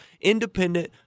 independent